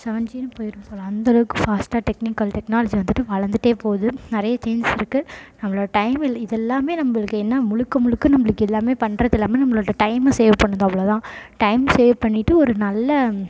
seven ஜினு போயிடும் போல் அந்த அளவுக்கு ஃபாஸ்ட்டாக டெக்னிக்கல் டெக்னாலஜி வந்துட்டு வளர்ந்துட்டே போது நிறைய சேஞ்சஸ் இருக்குது நம்மளோட டைம் இல்லை இது எல்லாமே நம்மளுக்கு என்ன முழுக்க முழுக்க நம்மளுக்கு எல்லாமே பண்ணுறது எல்லாமே நம்மளோட டைமை சேவ் பண்ணுது அவ்வளோ தான் டைம் சேவ் பண்ணிகிட்டு ஒரு நல்ல